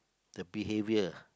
the behavior